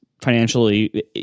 financially